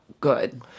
good